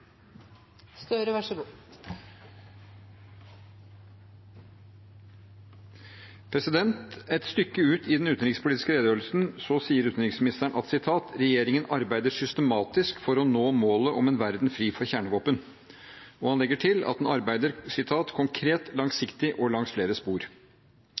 Et stykke ut i den utenrikspolitiske redegjørelsen sier utenriksministeren at: «Regjeringen arbeider systematisk for å nå målet om en verden fri for kjernevåpen.» Og han legger til at den arbeider: «konkret, langsiktig og langs flere spor».